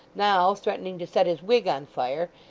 now threatening to set his wig on fire,